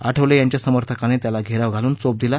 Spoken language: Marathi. आठवले यांच्या समर्थकांनी त्याला घेराव घालून चोप दिला